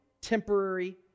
temporary